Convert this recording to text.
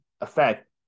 effect